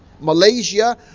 Malaysia